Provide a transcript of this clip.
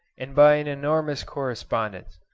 and by an enormous correspondence.